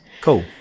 Cool